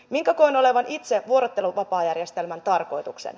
minkä koen olevan itse vuorotteluvapaajärjestelmän tarkoituksen